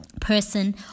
person